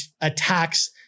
attacks